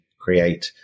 create